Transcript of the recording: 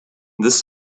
this